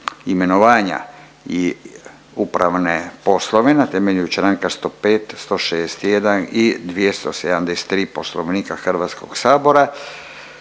imenovanja i upravne poslove na temelju čl. 105., 161. i 273. Poslovnika HS-a i točno